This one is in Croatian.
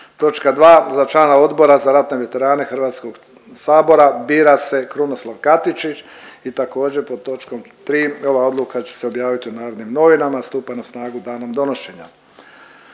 Točka 2, za člana Odbora za ratne veterane HS-a bira se Krunoslav Katičić i također, pod točkom 3, ova odluka će se objavit u Narodnim novinama, stupa na snagu danom donošenja.